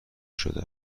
شده